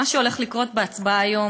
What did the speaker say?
מה שהולך לקרות בהצבעה היום,